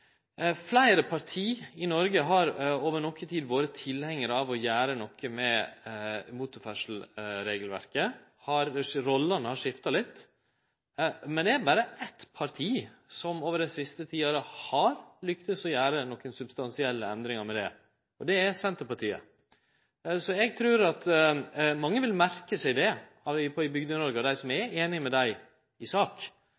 Fleire parti i Noreg har over noko tid vore tilhengarar av å gjere noko med motorferdsleregelverket – rollene har skifta litt, men det er berre eitt parti som dei siste ti åra har lukkast med å gjere substansielle endringar i det, og det er Senterpartiet. Eg trur at mange i Bygde-Noreg og dei som er einige med partiet i sak, vil merke seg det, og eg trur at grunnen til at dei